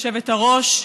היושבת-ראש,